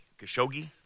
Khashoggi